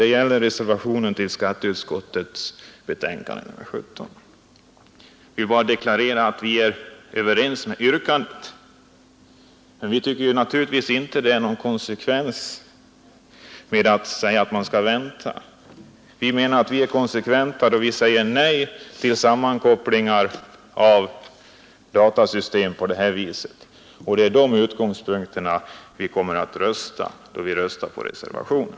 Det gäller den reservation som fogats till punkten 2 i skatteutskottets betänkande nr 17. Vi vill bara deklarera att vi är överens med det yrkande som framförts, men vi tycker naturligtvis inte att det är någon konsekvens att säga att man skall vänta. Vi anser oss vara konsekventa då vi säger nej till sammankopplingar av datasystem på detta vis. Det är från dessa utgångspunkter vi här kommer att rösta på reservationen.